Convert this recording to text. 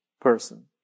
Person